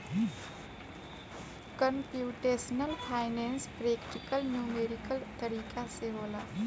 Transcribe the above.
computational finance practical numerical तरीका से होला